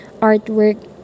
artwork